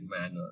manner